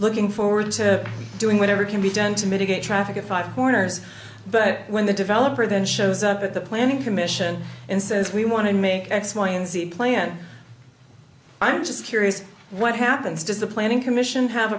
looking forward to doing whatever can be done to mitigate traffic at five corners but when the developer then shows up at the planning commission and says we want to make x y and z plan i'm just curious what happens does the planning commission have